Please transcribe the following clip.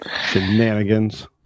Shenanigans